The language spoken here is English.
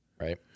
right